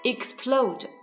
Explode